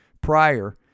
prior